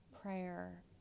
prayer